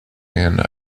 and